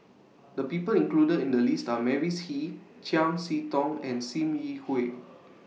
The People included in The list Are Mavis Hee Chiam See Tong and SIM Yi Hui